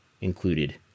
included